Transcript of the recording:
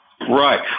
Right